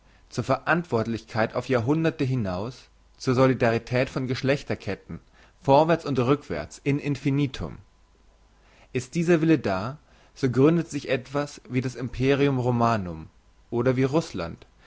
zur verantwortlichkeit auf jahrhunderte hinaus zur solidarität von geschlechter ketten vorwärts und rückwärts in infinitum ist dieser wille da so gründet sich etwas wie das imperium romanum oder wie russland